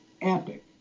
epic